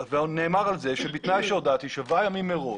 ונאמר על זה בתנאי שהודעתי שבעה ימים מראש.